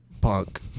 punk